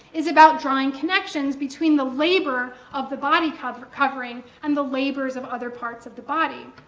is about drawing connections between the labor of the body covering covering and the labors of other parts of the body.